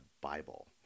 Bible